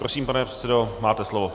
Prosím, pane předsedo, máte slovo.